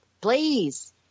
Please